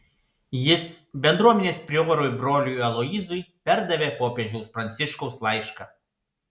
jis bendruomenės priorui broliui aloyzui perdavė popiežiaus pranciškaus laišką